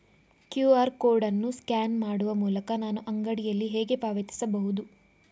QR code ಅನ್ನು scan ಮಾಡುವ ಮೂಲಕ ನಾನು ಅಂಗಡಿಯಲ್ಲಿ ಹೇಗೆ ಪಾವತಿಸಬಹುದು?